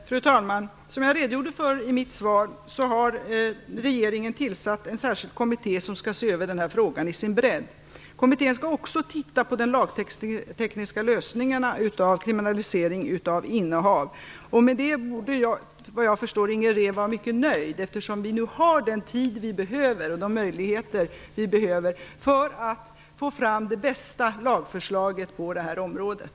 Fru talman! Som jag redogjorde för i mitt svar har regeringen tillsatt en särskild kommitté som skall se över denna fråga i dess bredd. Kommittén skall också se på de lagtekniska lösningarna när det gäller kriminalisering av innehav. Med detta borde, såvitt jag förstår, Inger René vara mycket nöjd, eftersom vi nu har den tid och de möjligheter vi behöver för att få fram det bästa lagförslaget på området.